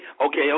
Okay